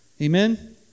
Amen